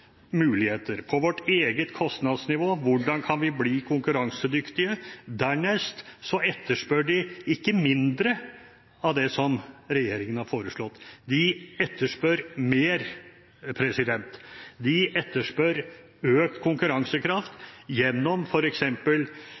muligheter og vårt eget kostnadsnivå. Hvordan kan vi bli konkurransedyktige? Dernest etterspør de ikke mindre av det som regjeringen har foreslått – de etterspør mer. De etterspør økt konkurransekraft gjennom